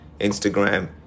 Instagram